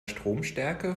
stromstärke